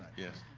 yes.